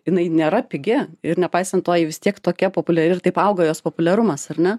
jinai nėra pigi ir nepaisant to ji vis tiek tokia populiari ir taip auga jos populiarumas ar ne